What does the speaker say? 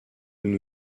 nous